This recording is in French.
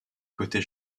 côté